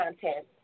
content